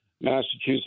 Massachusetts